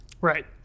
Right